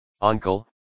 uncle